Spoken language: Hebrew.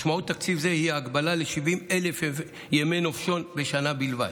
משמעות תקציב זה היא הגבלה ל-70,000 ימי נופשון בשנה בלבד.